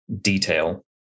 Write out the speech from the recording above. detail